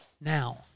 Now